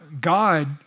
God